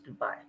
dubai